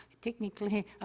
Technically